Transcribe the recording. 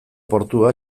portua